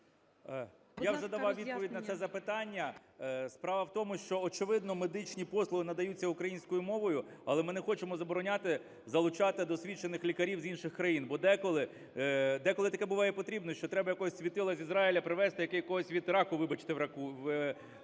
Я вже давав відповідь на це запитання. Справа в тому, що, очевидно, медичні послуги надаються українською мовою, але ми не хочемо забороняти залучати досвідчених лікарів з інших країн, бо деколи таке буває потрібно, що треба якогось світила з Ізраїлю привести, який когось від раку, вибачте, вилікує,